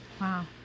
Wow